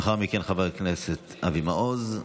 לאחר מכן חבר הכנסת אבי מעוז,